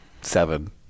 seven